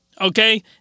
Okay